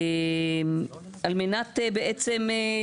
זאת על מנת, בעצם,